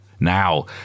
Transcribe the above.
Now